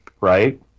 right